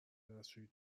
دستشویی